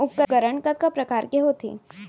उपकरण कतका प्रकार के होथे?